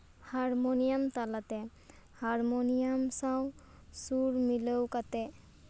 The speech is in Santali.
ᱦᱟᱨᱢᱳᱱᱤᱭᱟᱢ ᱛᱟᱞᱟᱛᱮ ᱦᱟᱨᱢᱳᱱᱤᱭᱟᱢ ᱥᱟᱶ ᱥᱩᱨ ᱢᱤᱞᱟᱹᱣ ᱠᱟᱛᱮ